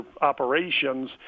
operations